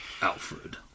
Alfred